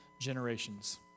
generations